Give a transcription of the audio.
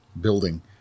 building